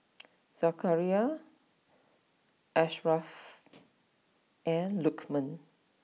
Zakaria Asharaff and Lukman